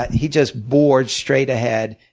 he just bored straight ahead,